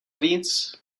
víc